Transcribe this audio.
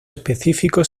específico